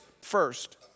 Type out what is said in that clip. first